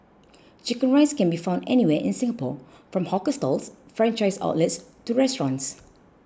Chicken Rice can be found anywhere in Singapore from hawker stalls franchised outlets to restaurants